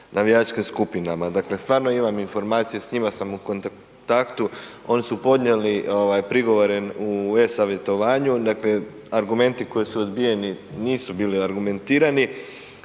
navijačkim skupinama. Dakle, stvarno imamo informaciju, s njima sam u kontaktu, oni su podnijeli prigovore u e-Savjetovanju, dakle argumenti koji su odbijeni nisu bili argumentirani.